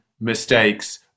mistakes